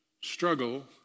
struggle